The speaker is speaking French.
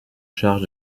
charge